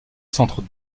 centre